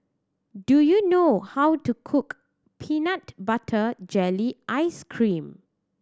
do you know how to cook peanut butter jelly ice cream